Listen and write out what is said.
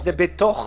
זה במענה להערות שלך,